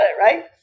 right